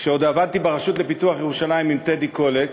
כשעוד עבדתי ברשות לפיתוח ירושלים עם טדי קולק,